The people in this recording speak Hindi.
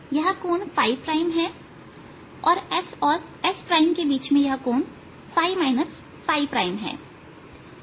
यह कोण प्राइम है और s और s प्राइम के बीच में यह कोण है